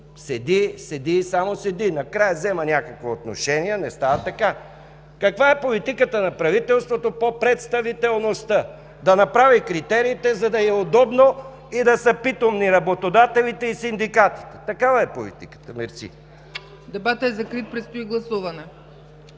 седи, седи и само седи, и накрая взема някакво отношение. Не става така! Каква е политиката на правителството по представителността? Да направи критериите, за да им е удобно и да са питомни работодателите и синдикатите. Такава е политиката. Мерси. ПРЕДСЕДАТЕЛ ЦЕЦКА ЦАЧЕВА: Дебатът е закрит. Предстои гласуване.